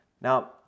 Now